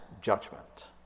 judgment